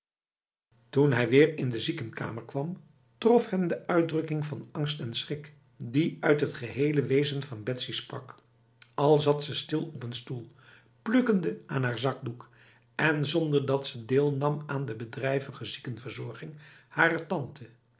toen hij weer in de ziekenkamer kwam trof hem de uitdrukking van angst en schrik die uit t gehele wezen van betsy sprak al zat ze stil op een stoel plukkende aan haar zakdoek en zonder dat ze deelnam aan de bedrijvige ziekenverzorging harer tante